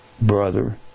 brother